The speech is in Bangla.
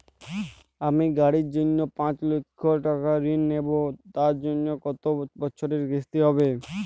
আমি গাড়ির জন্য পাঁচ লক্ষ টাকা ঋণ নেবো তার জন্য কতো বছরের কিস্তি হবে?